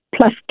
plus